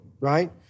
right